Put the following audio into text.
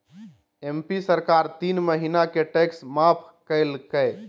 MP सरकार तीन महीना के टैक्स माफ कइल कय